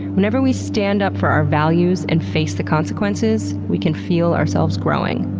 whenever we stand up for our values and face the consequences, we can feel ourselves growing.